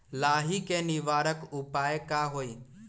लाही के निवारक उपाय का होई?